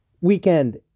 weekend